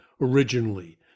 originally